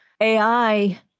AI